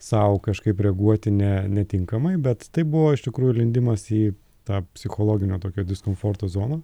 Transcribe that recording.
sau kažkaip reaguoti ne netinkamai bet tai buvo iš tikrųjų lindimas į tą psichologinio tokio diskomforto zoną